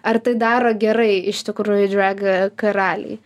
ar tai daro gerai iš tikrųjų drag karaliai